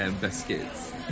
biscuits